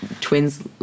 twins